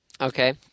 Okay